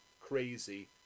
crazy